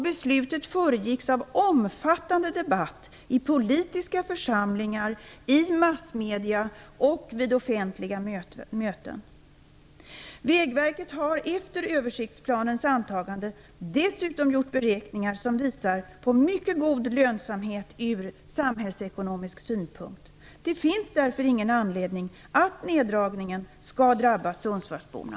Beslutet föregicks av omfattande debatter i politiska församlingar, i massmedierna och vid offentliga möten. Efter översiktsplanens antagande har Vägverket dessutom gjort beräkningar som visar på mycket god lönsamhet från samhällsekonomisk synpunkt. Det finns därför ingen anledning att neddragningen skall drabba Sundsvallsborna.